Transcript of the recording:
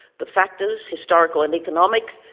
the factors, historical and economic,